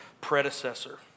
predecessor